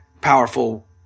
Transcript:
powerful